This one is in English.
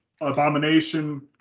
Abomination